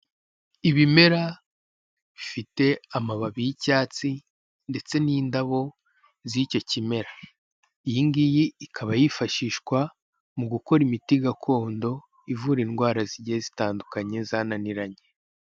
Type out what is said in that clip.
Ibimera bifite amababi y'icyatsi, ndetse n'indabo z'icyo kimera. Iyingiyi ikaba yifashishwa mu gukora imiti gakondo ivura indwara zigiye zitandukanye, zananiranye.